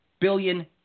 billion